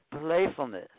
playfulness